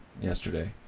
yesterday